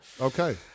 okay